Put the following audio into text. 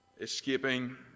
escaping